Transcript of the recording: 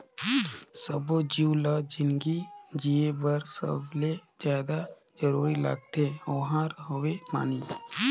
सब्बो जीव ल जिनगी जिए बर सबले जादा जरूरी लागथे ओहार हवे पानी